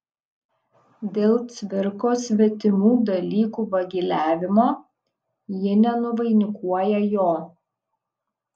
dėl cvirkos svetimų dalykų vagiliavimo ji nenuvainikuoja jo